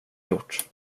gjort